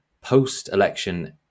Post-election